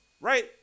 right